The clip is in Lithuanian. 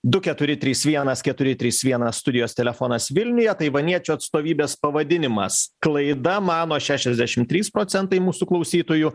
du keturi trys vienas keturi trys vienas studijos telefonas vilniuje taivaniečių atstovybės pavadinimas klaida mano šešiasdešim trys procentai mūsų klausytojų